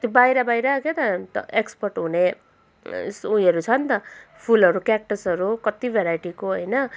त्यो बाहिर बाहिर क्या त एक्सपोर्ट हुने उयोहरू छ नि त फुलहरू क्याक्टसहरू कति भेराइटीको होइन